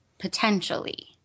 potentially